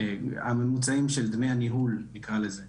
הממוצעים של דמי הניהול נקרא לזה,